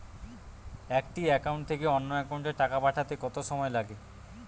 একটি একাউন্ট থেকে অন্য একাউন্টে টাকা পাঠাতে কত সময় লাগে?